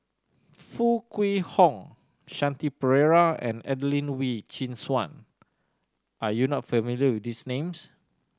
Foo Kwee Horng Shanti Pereira and Adelene Wee Chin Suan are you not familiar with these names